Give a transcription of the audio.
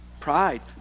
pride